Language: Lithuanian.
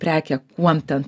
prekė kuom ten